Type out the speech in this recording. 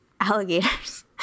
alligators